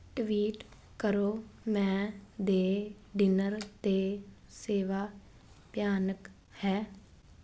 tweet ਕਰੋ ਮੈਂ ਦੇ ਡਿਨਰ 'ਤੇ ਸੇਵਾ ਭਿਆਨਕ ਹੈ